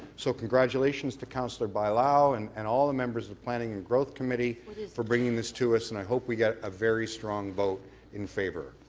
so congratulations to councillor bailao and and all the members of planning and growth committee for bringing this to us, and i hope we get a very strong vote in favor.